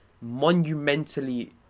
monumentally